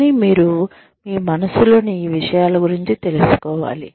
కానీ మీరు మీ మనస్సులోని ఈ విషయాల గురించి తెలుసుకోవాలి